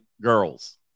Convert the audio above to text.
girls